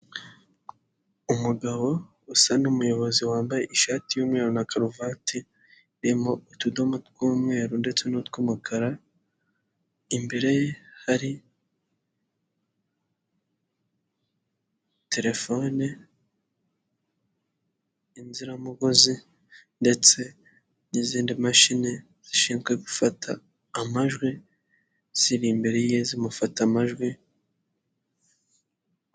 Umugabo usa n'umuyobozi wambaye ishati y'umweru na karovati irimo utudomo tw'umweru ndetse nutw'umukara, imbere ye hari telefone, inziramugozi ndetse n'izindi mashini zishinzwe gufata amajwi, ziri imbere ye zimufata amajwi.